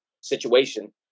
situation